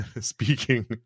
speaking